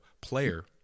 player